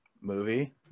Movie